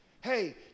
Hey